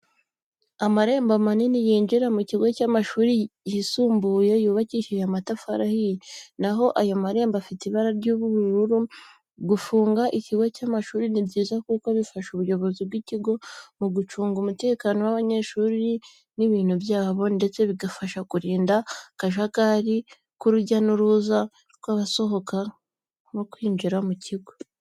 Amarembo manini yinjira mu kigo cy'amashuri yisumbuye yubakishije amatafari ahiye, na ho ayo marembo afite ibara ry'ubururu. Gufunga ikigo cy'amashuri ni byiza kuko bifasha ubuyobozi bw'ikigo mu gucunga umutekano w'abanyeshuri n'ibintu byabo, ndetse bigafasha kurinda akajagari k'urujya n'uruza rw'abashobora kwinjira mu kigo.